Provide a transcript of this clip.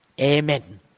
Amen